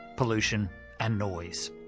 pollution and noise.